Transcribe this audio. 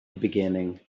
beginning